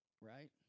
Right